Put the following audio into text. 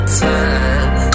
time